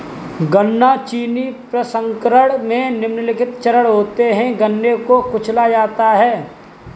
गन्ना चीनी प्रसंस्करण में निम्नलिखित चरण होते है गन्ने को कुचला जाता है